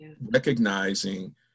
Recognizing